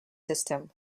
system